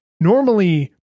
normally